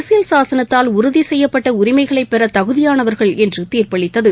அரசியல் சாசனத்தால் உறுதி செய்யப்பட்ட உரிமைகளைப்பெற தகுதியானவர்கள் என்று தீர்ப்பளித்தது